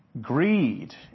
Greed